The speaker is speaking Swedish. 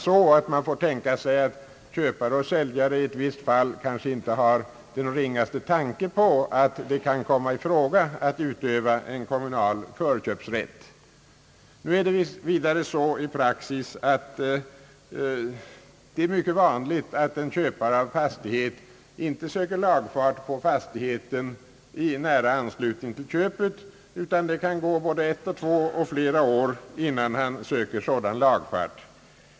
kommunal förköpsrätt till mark tänka sig att köpare och säljare i många fall inte har den ringaste tanke på att det kan komma i fråga att utöva en kommunal förköpsrätt. I praktiken är det mycket vanligt att en köpare av fastighet inte söker lagfart på fastigheten i nära anslutning till köpet. Det kan gå både ett och två och flera år innan han söker lagfart.